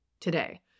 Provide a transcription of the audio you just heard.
today